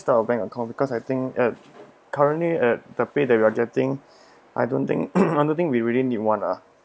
type of bank accoun t because I think at currently at the pay that we are getting I don't think I don't think we really need one lah